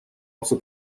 also